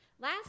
Last